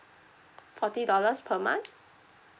forty dollars per month